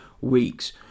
week's